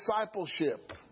discipleship